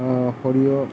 অঁ সৰিয়হ